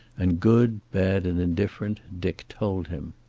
and good, bad and indifferent dick told him.